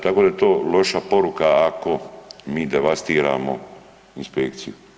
Tako da je to loša poruka ako mi devastiramo inspekciju.